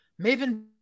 Maven